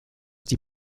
die